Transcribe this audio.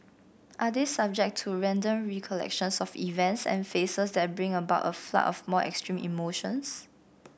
are they subject to random recollections of events and faces that bring about a flood of more extreme emotions